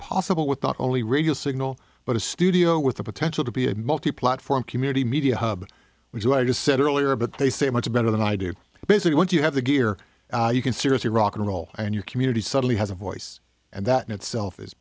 possible with not only radio signal but a studio with the potential to be a multi platform community media hub which is why i just said earlier but they say much better than i do basically once you have the gear you can seriously rock n roll and your community suddenly has a voice and that in itself is